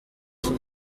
être